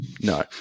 No